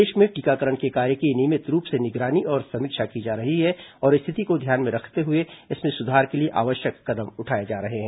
देश में टीकाकरण के कार्य की नियमित रूप से निगरानी और समीक्षा की जा रही है और स्थिति को ध्यान में रखते हुए इसमें सुधार के लिए आवश्यक कदम उठाए जा रहे हैं